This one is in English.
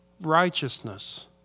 righteousness